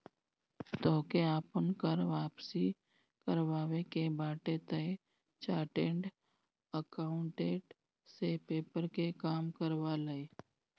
तोहके आपन कर वापसी करवावे के बाटे तअ चार्टेड अकाउंटेंट से पेपर के काम करवा लअ